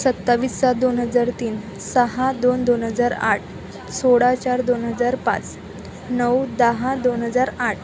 सत्तावीस सात दोन हजार तीन सहा दोन दोन हजार आठ सोळा चार दोन हजार पाच नऊ दहा दोन हजार आठ